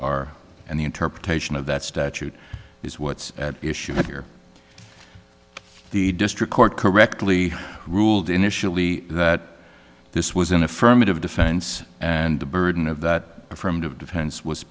the interpretation of that statute is what's at issue here the district court correctly ruled initially that this was an affirmative defense and the burden of that affirmative defense was